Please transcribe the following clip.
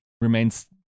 remains